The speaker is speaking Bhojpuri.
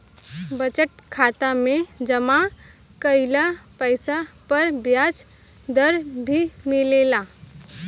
बजट खाता में जमा कइल पइसा पर ब्याज दर भी मिलेला